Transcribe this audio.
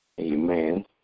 Amen